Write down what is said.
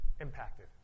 impacted